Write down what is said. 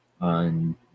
on